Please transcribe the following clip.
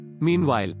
Meanwhile